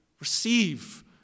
Receive